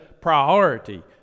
priority